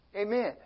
Amen